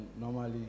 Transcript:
normally